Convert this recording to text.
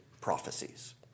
prophecies